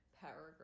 paragraph